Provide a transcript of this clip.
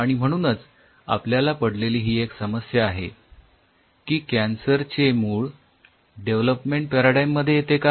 आणि म्हणूनच आपल्याला पडलेली ही एक समस्या आहे की कॅन्सर चे मूळ डेव्हलोपमेंट पॅराडाइम मध्ये येते का